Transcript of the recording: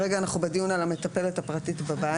כרגע אנחנו בדיון על המטפלת הפרטית בבית.